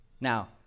Now